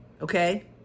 Okay